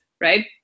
right